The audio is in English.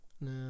No